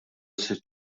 sitt